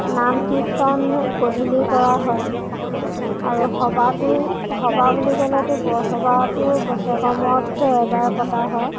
নামকীৰ্তন গধূলি কৰা হয় আৰু সবাহটো সবাহ বুলি ক'লেতো বৰসবাহটো বছৰেকৰ মূৰত এবাৰ পতা হয়